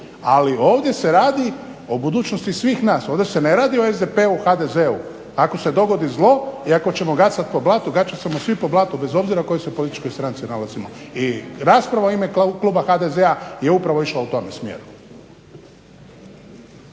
ali ovdje se radi o budućnosti svih nas, ovdje se ne radi o SDP-u, HDZ-u, ako se dogodi zlo i ako ćemo gacat po blatu, gacat ćemo svi po blatu bez obzira u kojoj se političkoj stranci nalazimo i rasprava u ime kluba HDZ-a je upravo išla u tome smjeru.